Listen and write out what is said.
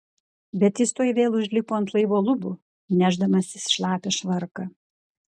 bet jis tuoj vėl užlipo ant laivo lubų nešdamasis šlapią švarką